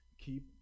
Keep